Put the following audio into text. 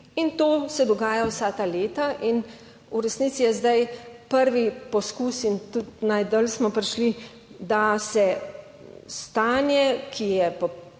In to se dogaja vsa ta leta in v resnici je zdaj prvi poskus in tudi najdlje smo prišli, da se stanje, ki je,